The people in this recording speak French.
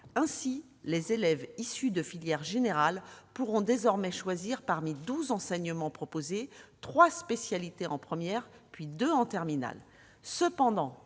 Ainsi, les élèves issus de filières générales pourront désormais choisir parmi douze enseignements proposés, trois spécialités en première, puis deux en terminale.